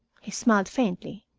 he smiled faintly,